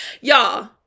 Y'all